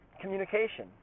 communication